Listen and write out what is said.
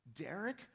Derek